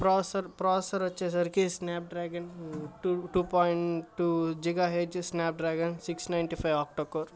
ప్రాసర్ processor వచ్చేసరికి Snapdragon two point two giga H Snapdragon six ninety five octa core